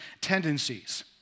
tendencies